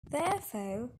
therefore